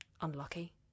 Unlucky